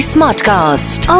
Smartcast